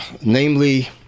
namely